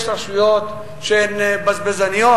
יש רשויות שהן בזבזניות,